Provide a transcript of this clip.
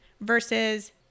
versus